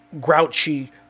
grouchy